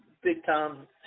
big-time